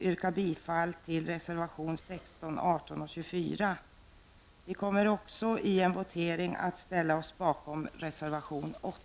yrkar bifall till reservationerna 16, 18 och 24. Vänsterpartiet kommer också att i voteringen ställa sig bakom reservation 8.